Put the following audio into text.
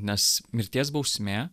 nes mirties bausmė